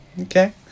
Okay